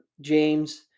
James